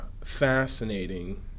fascinating